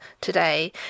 today